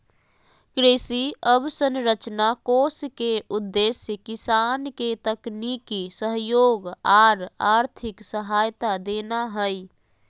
कृषि अवसंरचना कोष के उद्देश्य किसान के तकनीकी सहयोग आर आर्थिक सहायता देना हई